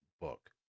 book